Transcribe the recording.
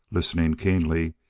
listening keenly,